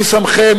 "מי שמכם",